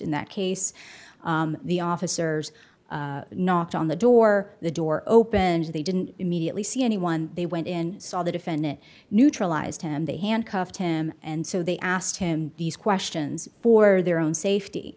in that case the officers knocked on the door the door opened they didn't immediately see anyone they went in saw the defendant neutralized him they handcuffed him and so they asked him these questions for their own safety